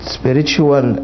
spiritual